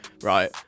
Right